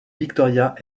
victoria